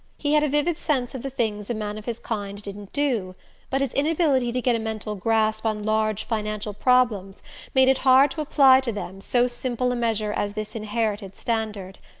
he had a vivid sense of the things a man of his kind didn't do but his inability to get a mental grasp on large financial problems made it hard to apply to them so simple a measure as this inherited standard.